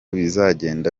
bizagenda